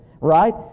right